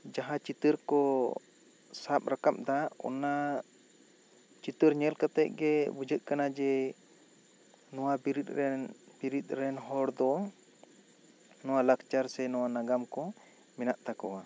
ᱡᱟᱦᱟᱸ ᱪᱤᱛᱟᱹᱨ ᱠᱚ ᱥᱟᱵ ᱨᱟᱠᱟᱵ ᱮᱫᱟ ᱚᱱᱟ ᱪᱤᱛᱟᱹᱨ ᱧᱮᱞ ᱠᱟᱛᱮ ᱜᱮ ᱵᱩᱡᱷᱟᱹᱜ ᱠᱟᱱᱟ ᱡᱮ ᱱᱚᱣᱟ ᱵᱤᱨᱤᱫ ᱨᱮᱱ ᱵᱤᱨᱤᱫ ᱨᱮᱱ ᱦᱚᱲ ᱫᱚ ᱱᱚᱣᱟ ᱞᱟᱠᱪᱟᱨ ᱥᱮ ᱱᱚᱣᱟ ᱱᱟᱜᱟᱢ ᱠᱚ ᱢᱮᱱᱟᱜ ᱛᱟᱠᱚᱣᱟ